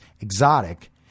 exotic